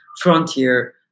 frontier